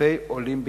אלפי עולים בכנפיה.